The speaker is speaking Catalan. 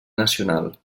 nacional